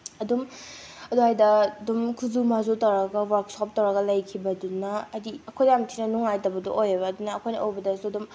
ꯑꯗꯨꯝ ꯑꯗꯨꯋꯥꯏꯗ ꯑꯗꯨꯝ ꯈꯨꯖꯨ ꯃꯥꯖꯨ ꯇꯧꯔꯒ ꯋꯥꯛꯁꯣꯞ ꯇꯧꯔꯒ ꯂꯩꯈꯤꯕꯗꯨꯅ ꯍꯥꯏꯗꯤ ꯑꯩꯈꯣꯏꯗ ꯌꯥꯝ ꯊꯤꯅ ꯅꯨꯡꯉꯥꯏꯇꯕꯗꯣ ꯑꯣꯏꯌꯦꯕ ꯑꯗꯨꯅ ꯑꯩꯈꯣꯏꯅ ꯎꯕꯗꯁꯨ ꯑꯗꯨꯝ